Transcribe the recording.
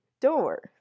door